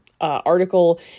article